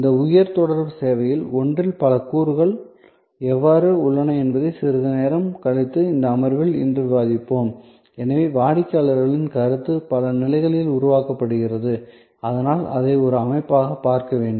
இந்த உயர் தொடர்பு சேவைகளில் ஒன்றில் பல கூறுகள் எவ்வாறு உள்ளன என்பதை சிறிது நேரம் கழித்து இந்த அமர்வில் இன்று விவாதிப்போம் எனவே வாடிக்கையாளர்களின் கருத்து பல நிலைகளில் உருவாக்கப்படுகிறது அதனால் அதை ஒரு அமைப்பாக பார்க்க வேண்டும்